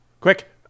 Quick